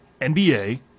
NBA